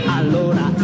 allora